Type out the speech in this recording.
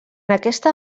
aquesta